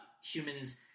humans